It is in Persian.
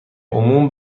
عموم